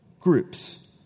groups